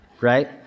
right